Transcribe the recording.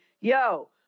yo